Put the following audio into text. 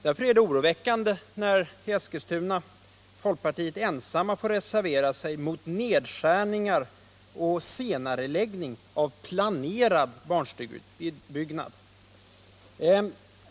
Därför är det oroväckande när i Eskilstuna folkpartisterna ensamma får reservera sig mot nedskärningar och senareläggningar av planerad barnstugeutbyggnad.